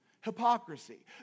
Hypocrisy